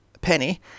Penny